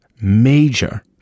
major